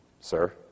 sir